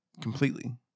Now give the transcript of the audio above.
Completely